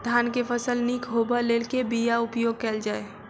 धान केँ फसल निक होब लेल केँ बीया उपयोग कैल जाय?